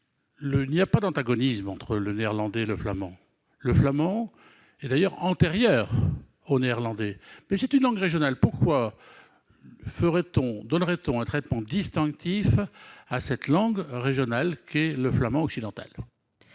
Il n'y a pas d'antagonisme entre le néerlandais et le flamand. Le flamand est d'ailleurs antérieur au néerlandais. Pourquoi réserverait-on un traitement particulier à cette langue régionale qu'est le flamand occidental ?